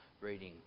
reading